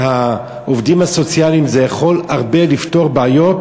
והעובדים הסוציאליים זה יכול הרבה לפתור בעיות,